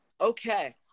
Okay